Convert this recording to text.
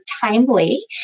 timely